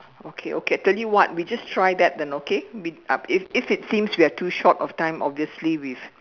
okay okay I tell you what we just try that then okay if it seems we are too short of time obviously we